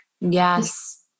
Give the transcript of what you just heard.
Yes